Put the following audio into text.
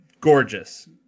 gorgeous